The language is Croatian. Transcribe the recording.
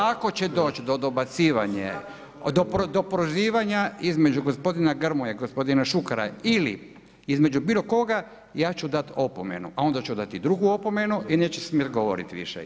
Ako će doći do dobacivanja, do prozivanja između gospodina Grmoje i gospodina Šukera ili između bilo koga ja ću dati opomenu, a onda ću dati i drugu opomenu i neće smjeti govoriti više.